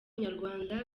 nyarwanda